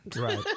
Right